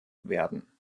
werden